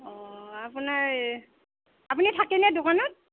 অ আপোনাৰ আপুনি থাকেনে দোকানত